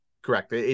Correct